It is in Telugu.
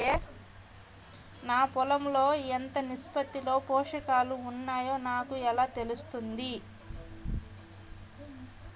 నా పొలం లో ఎంత నిష్పత్తిలో పోషకాలు వున్నాయో నాకు ఎలా తెలుస్తుంది?